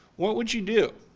what would you do?